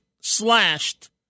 slashed